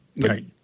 Right